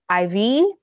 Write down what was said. IV